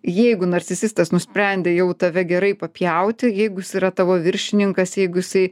jeigu narcisistas nusprendė jau tave gerai papjauti jeigu jis yra tavo viršininkas jeigu jisai